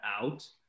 out